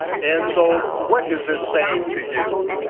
and so what is this saying to you,